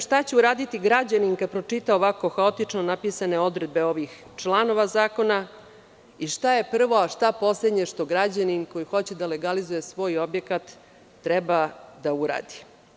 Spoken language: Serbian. Šta će uraditi građanin kada pročita ovako haotično napisane odredbe ovih članova zakona i šta je prvo, a šta poslednje što građanin koji hoće da legalizuje svoj objekat treba da uradi?